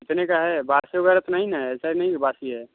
कितने का है बासी वगैरह तो नहीं ना है ऐसा नहीं कि बासी है